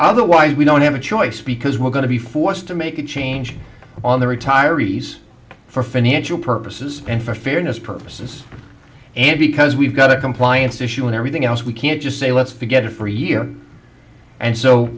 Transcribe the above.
otherwise we don't have a choice because we're going to be forced to make a change on the retirees for financial purposes and for fairness purposes and because we've got a compliance issue and everything else we can't just say let's forget it for a year and so